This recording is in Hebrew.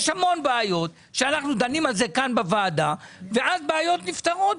יש המון בעיות שאנחנו דנים עליהן כאן בוועדה ואז בעיות נפתרות.